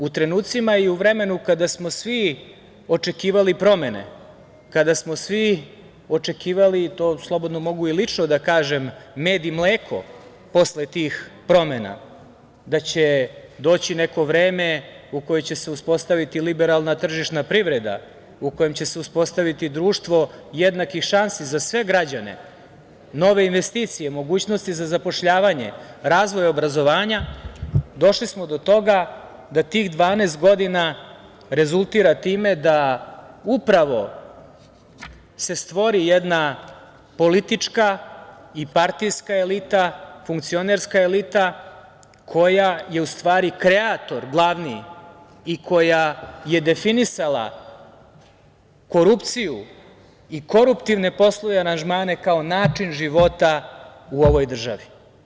U trenucima i u vremenu kada smo svi očekivali promene, kada smo svi očekivali, i to slobodno mogu i lično da kažem, med i mleko posle tih promena, da će doći neko vreme u kojem će se uspostaviti liberalna tržišna privreda, u kojem će se uspostaviti društvo jednakih šansi za sve građane, nove investicije, mogućnosti za zapošljavanje, razvoj obrazovanja, došli smo do toga da tih 12 godina rezultira time da se upravo stvori jedna politička i partijska elita, funkcionerska elita koja je u stvari, kreator glavni i koja je definisala korupciju i koruptivne poslovne aranžmane, kao način života u ovoj državi.